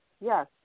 yes